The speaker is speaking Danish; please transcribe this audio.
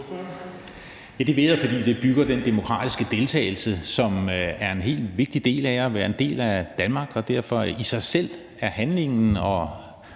Det ved jeg, fordi det bygger på den demokratiske deltagelse, som er en helt vigtig del af at være en del af Danmark. Derfor er handlingen og